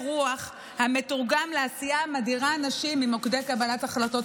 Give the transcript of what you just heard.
רוח המתורגם לעשייה המדירה נשים ממוקדי קבלת ההחלטות.